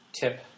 tip